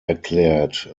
erklärt